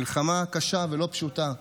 מלחמה קשה ולא פשוטה.